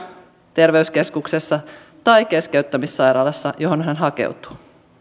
terveyskeskuksessa tai keskeyttämissairaalassa johon hän hakeutuu